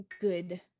good